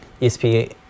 ESP